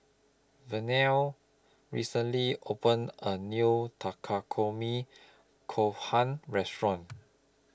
Vernie recently opened A New Takikomi Gohan Restaurant